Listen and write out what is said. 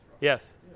yes